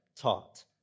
taught